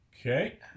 Okay